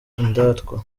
indatwa